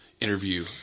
interview